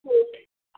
okay